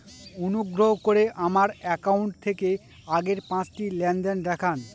অনুগ্রহ করে আমার অ্যাকাউন্ট থেকে আগের পাঁচটি লেনদেন দেখান